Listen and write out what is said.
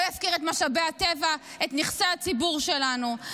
לא יפקיר את משאבי הטבע, את נכסי הציבור שלנו.